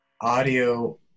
audio